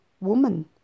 woman